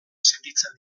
sentitzen